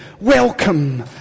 welcome